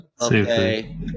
Okay